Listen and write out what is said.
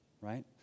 right